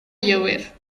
llover